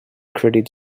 credit